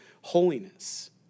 holiness